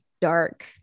dark